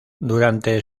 durante